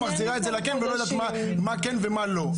מחזירה את זה לכן ולא יודעת מה לכן ומה לא,